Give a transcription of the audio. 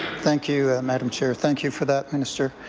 thank you, madam chair. thank you for that, minister.